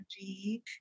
energy